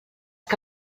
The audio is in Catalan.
que